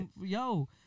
Yo